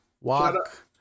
Walk